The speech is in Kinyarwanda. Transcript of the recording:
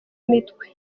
mitwe